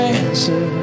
answer